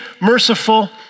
merciful